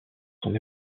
son